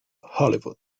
hollywood